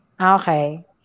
Okay